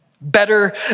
Better